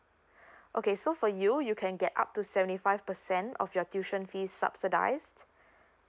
okay so for you you can get up to seventy five percent of your tuition fees subsidize